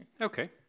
Okay